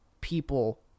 people